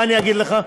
מה אני אגיד לך?